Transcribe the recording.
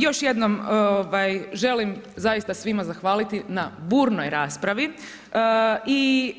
Još jednom želim zaista svim zahvaliti na burnoj raspravi i